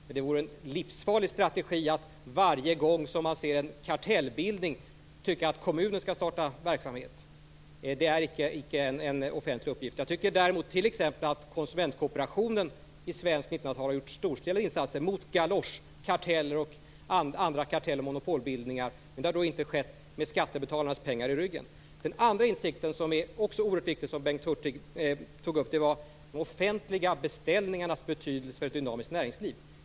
Men det vore en livsfarlig strategi att tycka att kommunen skall starta verksamhet varje gång man ser en kartellbildning. Det är inte en offentlig uppgift. Däremot tycker jag att t.ex. konsumentkooperationen i svenskt 1900 tal har gjort storstilade insatser mot galoschkarteller och andra kartell och monopolbildningar, men det har då inte skett med skattebetalarnas pengar i ryggen. Den andra insikten som Bengt Hurtig tog upp och som också är oerhört viktig var de offentliga beställningarnas betydelse för ett dynamiskt näringsliv.